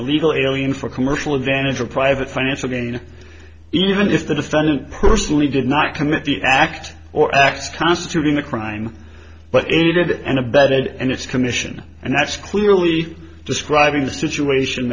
illegal alien for commercial advantage or private financial gain even if the defendant personally did not commit the act or acts constituting the crime but aided and abetted and its commission and that's clearly describing the situation